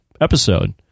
episode